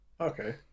Okay